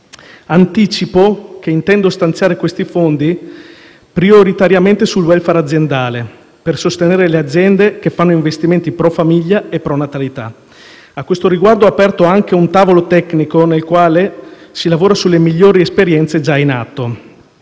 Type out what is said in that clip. Anticipo che intendo stanziare questi fondi prioritariamente per il *welfare* aziendale, per sostenere le aziende che fanno investimenti *pro* famiglia e *pro* natalità. A questo riguardo ho aperto anche un tavolo tecnico, nel quale si lavora sulle migliori esperienze già in atto.